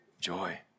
Joy